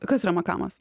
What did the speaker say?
kas yra makamas